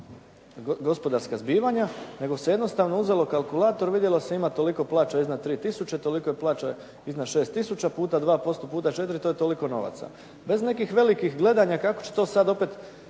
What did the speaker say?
gospodarska zbivanja, nego se jednostavno uzelo kalkulator, vidjelo se ima toliko plaća iznad 3 tisuće, toliko je plaća iznad 6 tisuća puta 2%, puta 4, to je toliko novaca. Bez nekih velikih gledanja kako će to sad opet